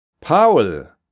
Paul